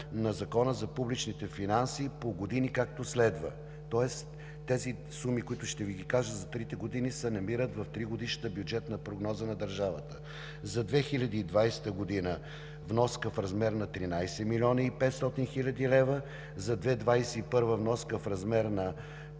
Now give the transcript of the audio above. на Закона за публичните финанси по години, както следва, тоест тези суми, които ще Ви ги кажа за трите години, се намират в Тригодишната бюджетна прогноза на държавата. За 2020 г. – вноска в размер на 13 млн. 500 хил. лв.; за 2021 г. – вноска в размер на